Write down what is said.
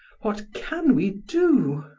what can we do?